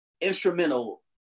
instrumental